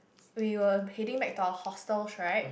we were heading back to our hostels right